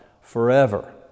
forever